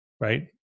right